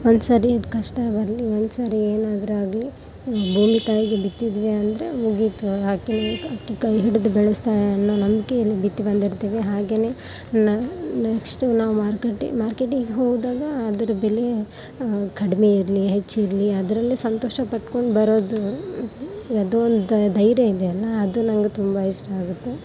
ಒಂದು ಸರಿ ಕಷ್ಟ ಬರಲಿ ಒಂದು ಸರಿ ಏನಾದ್ರೂ ಆಗಲಿ ಭೂಮಿ ತಾಯಿಗೆ ಬಿತ್ತಿದ್ವಿ ಅಂದರೆ ಮುಗೀತು ಆಕಿನಾ ಆಕೆ ಕೈ ಹಿಡಿದು ಬೆಳೆಸ್ತಾಳೆ ಅನ್ನೋ ನಂಬಿಕೆ ಅಲ್ಲಿ ಬಿತ್ತಿ ಬಂದಿರ್ತೀವಿ ಹಾಗೇ ನೆಕ್ಸ್ಟ್ ನಾವು ಮಾರ್ಕೆಟ್ ಮಾರ್ಕೆಟಿಗೆ ಹೋದಾಗ ಅದ್ರ ಬೆಲೆ ಕಡಿಮೆ ಇರಲಿ ಹೆಚ್ಚಿರಲಿ ಅದರಲ್ಲೆ ಸಂತೋಷ ಪಟ್ಕೊಂಡು ಬರೋದು ಅದೊಂದು ಧೈರ್ಯ ಇದೆಯೆಲ್ಲ ಅದು ನಂಗೆ ತುಂಬ ಇಷ್ಟ ಆಗುತ್ತೆ